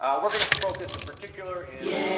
we're going to focus, in particular, in